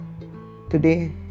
Today